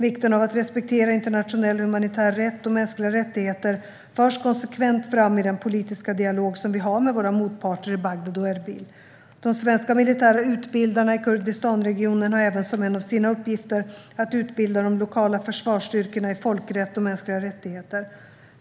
Vikten av att respektera internationell humanitär rätt och mänskliga rättigheter förs konsekvent fram i den politiska dialog som vi har med våra motparter i Bagdad och Erbil. De svenska militära utbildarna i Kurdistanregionen har även som en av sina uppgifter att utbilda de lokala försvarsstyrkorna i folkrätt och mänskliga rättigheter.